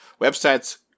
Websites